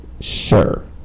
Sure